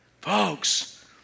Folks